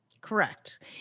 Correct